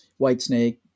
Whitesnake